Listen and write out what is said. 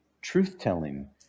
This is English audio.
truth-telling